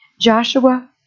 Joshua